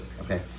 okay